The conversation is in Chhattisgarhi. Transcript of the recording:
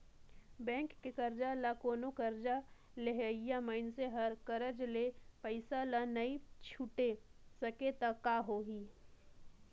बेंक के करजा ल कोनो करजा लेहइया मइनसे हर करज ले पइसा ल नइ छुटे सकें त का होही